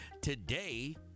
Today